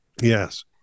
Yes